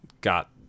got